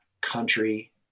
country